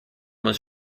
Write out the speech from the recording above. was